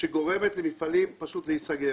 שגורמת למפעלים להיסגר.